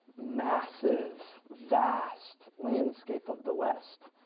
massive, vast landscape of the west